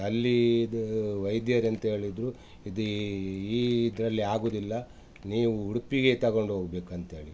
ಅಲ್ಲೀದು ವೈದ್ಯರು ಎಂತ ಹೇಳಿದರು ಇದು ಈ ಇದರಲ್ಲಿ ಆಗುವುದಿಲ್ಲ ನೀವು ಉಡುಪಿಗೆ ತಗೊಂಡು ಹೋಗಬೇಕಂತೇಳಿ